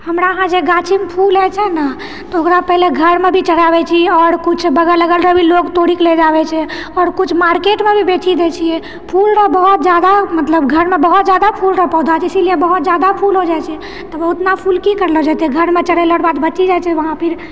हमरा यहाँ जे गाछीमे फूल हई छै नऽ तऽ ओकरा पहिले घरमे भी चढाबै छी आओर किछु बगल अगलमे लोक तोड़ी कऽ ले जावे छै आओर किछु मार्केटमे भी बेचि दए छिऐ फूल बहुत जादा मतलब घरमे बहुत जादा फूलके पौधा इसीलिए बहुत जादा फूल हो जाए छै ओतना फूल की करलो जेतै घरमे चढ़ेलोके बाद बची जाए छै वहाँ फिर